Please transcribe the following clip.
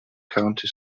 county